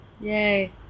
Yay